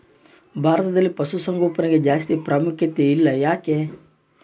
ಭಾರತದಲ್ಲಿ ಪಶುಸಾಂಗೋಪನೆಗೆ ಜಾಸ್ತಿ ಪ್ರಾಮುಖ್ಯತೆ ಇಲ್ಲ ಯಾಕೆ?